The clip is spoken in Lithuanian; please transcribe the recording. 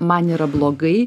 man yra blogai